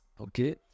okay